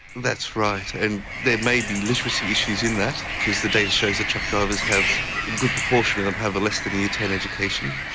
that's right and there may be literacy issues in that because the data shows that truck drivers have, a good proportion of them have less than year ten education.